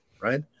right